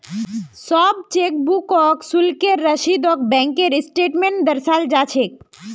सब चेकबुक शुल्केर रसीदक बैंकेर स्टेटमेन्टत दर्शाल जा छेक